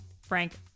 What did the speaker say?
Frank